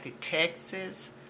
Texas